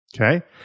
Okay